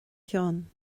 sheáin